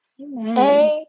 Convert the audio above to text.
Amen